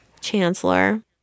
Chancellor